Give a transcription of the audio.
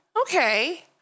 Okay